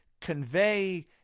convey